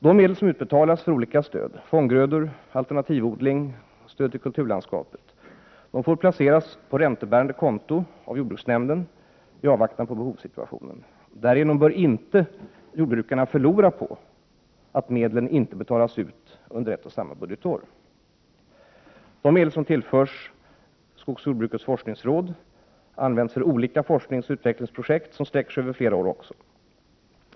De medel som utbetalas för olika stöd — stöd till fånggrödor, alternativodling, kulturlandskapet — får placeras på räntebärande konto av jordbruksnämnden i avvaktan på behovssituationen. Därigenom bör jordbrukarna inte förlora på att medlen inte betalas ut under ett och samma budgetår. De medel som tillförs skogsoch jordbrukets forskningsråd används för olika forskningsoch utvecklingsprojekt som sträcker sig över flera år.